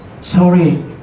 sorry